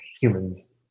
humans